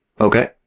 Okay